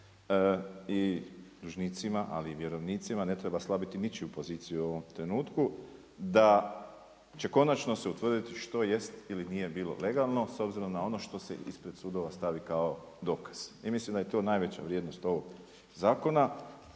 i dužnicima, ali vjerovnicima. Ne treba slabiti ničiju poziciju u ovom trenutku da će konačno se utvrditi što jest ili nije bilo legalno s obzirom na ono što se ispred sudova stavi kao dokaz. I mislim da je to najveća vrijednost ovog zakona